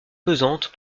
pesante